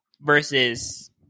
versus